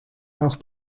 auch